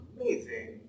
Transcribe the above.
amazing